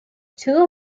two